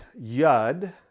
Yud